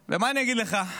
בדרך כלל, ומה אני אגיד לך,